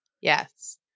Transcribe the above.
Yes